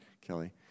Kelly